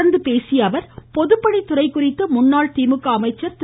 தொடர்ந்து பேசிய அமைச்சர் பொதுப்பணி துறை குறித்து முன்னாள் திமுக அமைச்சர் திரு